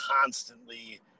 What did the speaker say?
constantly